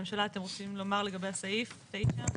ממשלה, אתם רוצים לומר לגבי סעיף 9?